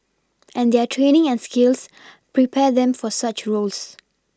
and their training and skills prepare them for such roles